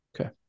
Okay